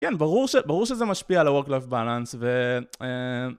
כן, ברור שזה משפיע על ה-work-life balance, ו...